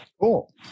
Cool